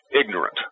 ignorant